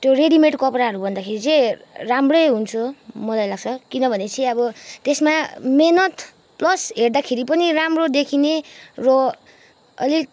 त्यो रेडिमेड कपडाहरू भन्दाखेरि चाहिँ राम्रै हुन्छ मलाई लाग्छ किनभने चाहिँ अब त्यसमा मेहनत पल्स हेर्दाखेरि पनि राम्रो देखिने र अलिक